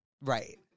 Right